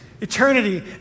Eternity